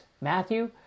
Matthew